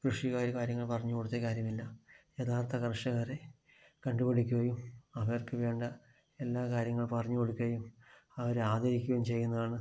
കൃഷി കാര്യങ്ങൾ പറഞ്ഞു കൊടുത്ത് കാര്യമില്ല യഥാർത്ഥ കർഷകരെ കണ്ടുപിടിക്കുകയും അവർക്കു വേണ്ട എല്ലാ കാര്യങ്ങൾ പറഞ്ഞു കൊടുക്കുകയും അവരെ ആദരിക്കുകയും ചെയ്യുന്നതാണ്